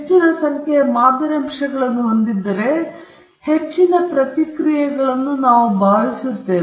ನೀವು ಹೆಚ್ಚಿನ ಸಂಖ್ಯೆಯ ಮಾದರಿ ಅಂಶಗಳನ್ನು ಹೊಂದಿದ್ದರೆ ಹೆಚ್ಚಿನ ಪ್ರತಿಕ್ರಿಯೆಗಳನ್ನು ನಾವು ಭಾವಿಸುತ್ತೇವೆ